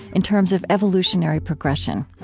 in terms of evolutionary progression.